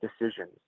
decisions